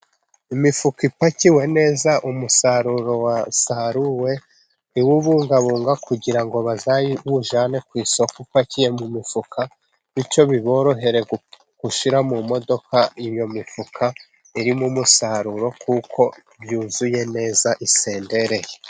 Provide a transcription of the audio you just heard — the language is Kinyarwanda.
Imifuka ipakiwe neza umusaruro wasaruwe, iwubungabunga kugira ngo bazawujyane ku isoko upakiye mu mifuka, bityo biborohere gushyira mu modoka iyo mifuka irimo umusaruro, kuko yuzuye neza isendere.